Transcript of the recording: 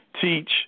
teach